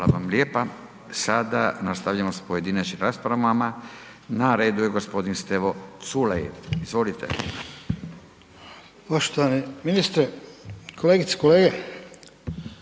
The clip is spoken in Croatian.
Hvala vam lijepa. Sada nastavljamo s pojedinačnim raspravama, na redu je gospodin Stevo Culej. Izvolite.